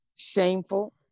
Shameful